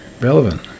relevant